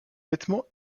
vêtements